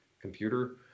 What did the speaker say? computer